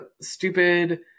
stupid